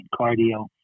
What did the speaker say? cardio